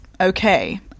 Okay